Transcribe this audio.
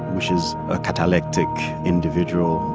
which is a cataleptic individual.